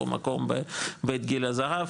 או מקום בבית גיל הזהב,